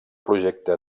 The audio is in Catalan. projecte